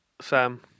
Sam